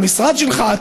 המשרד שלך,